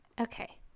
Okay